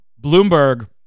Bloomberg